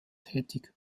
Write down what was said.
tätig